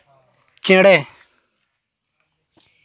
ᱪᱮᱬᱮ